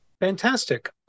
Fantastic